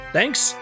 Thanks